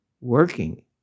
working